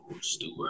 Stewart